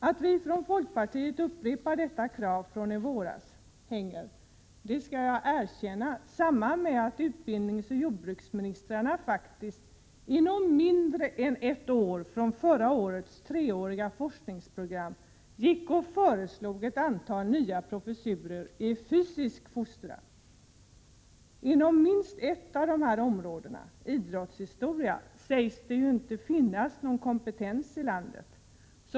Att vi från folkpartiet upprepar detta krav från förra året sammanhänger — det skall jag erkänna — med att utbildningsoch jordbruksministrarna inom mindre än ett år efter framläggandet av fjolårets treåriga forskningsprogram faktiskt föreslog ett antal nya professurer i fysisk fostran. Inom minst ett av Prot. 1987/88:119 dessa områden - idrottshistoria — lär det ju inte finnas någon kompetens inom landet.